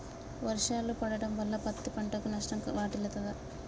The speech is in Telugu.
వర్షాలు పడటం వల్ల పత్తి పంటకు నష్టం వాటిల్లుతదా?